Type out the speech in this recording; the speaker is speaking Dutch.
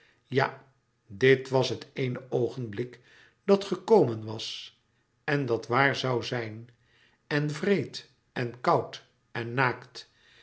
ja dit was het eéne oogenblik dat gekomen was en dat waar zoû zijn en wreed en koud en naakt